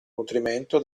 nutrimento